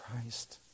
Christ